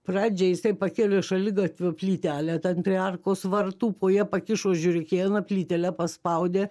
pradžiai jisai pakėlė šaligatvio plytelę ten prie arkos vartų po ja pakišo žiurkėną plytele paspaudė